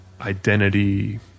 Identity